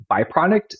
byproduct